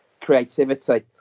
creativity